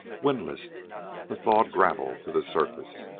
windlassed the thawed gravel to the surface,